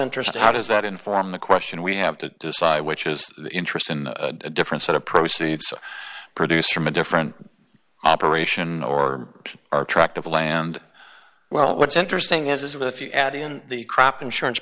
interesting how does that inform the question we have to decide which is the interest in a different set of proceeds produced from a different operation or are tract of land well what's interesting is if you add in the crop insurance